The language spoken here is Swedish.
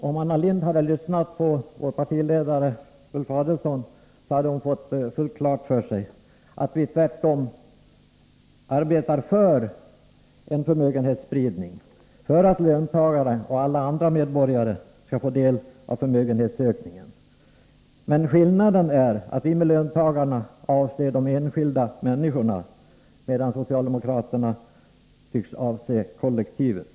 Om hon hade lyssnat på vår partiledare, Ulf Adelsohn, hade hon fått fullt klart för sig Nr 54 att vi tvärtom arbetar för en förmögenhetsspridning för att löntagarna och Tisdagen den alla andra medborgare skall få del av förmögenhetsökningen. Men 20 december 1983 skillnaden är att vi med löntagare avser de enskilda människorna, medan socialdemokraterna tycks avse kollektivet.